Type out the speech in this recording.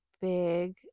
big